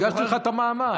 הגשתי לך את המאמר.